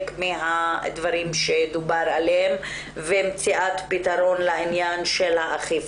מהדברים שדובר עליהם בדיון ומציאת פתרון לאכיפה.